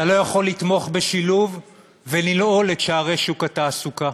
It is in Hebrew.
אתה לא יכול לתמוך בשילוב ולנעול את שערי שוק התעסוקה.